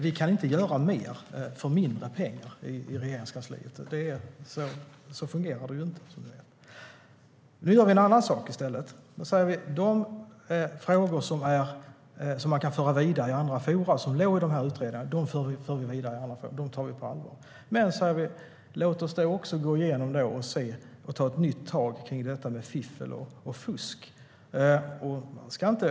Vi kan inte göra mer för mindre pengar i Regeringskansliet. Så fungerar det inte. I stället gör vi en annan sak. Vi säger att de frågor som låg i utredningarna och som kan föras vidare i andra forum tar vi på allvar. Låt oss också gå igenom och ta ett nytt tag om detta med fiffel och fusk.